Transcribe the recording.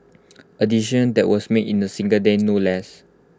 A decision that was made in A single day no less